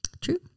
True